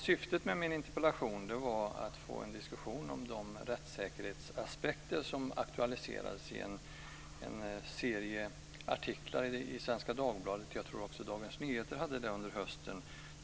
Syftet med min interpellation var att få en diskussion om de rättssäkerhetsaspekter som aktualiserades i en serie artiklar i Svenska Dagbladet, och jag tror också att Dagens Nyheter tog upp frågan under hösten.